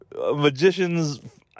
magicians